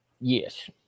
Yes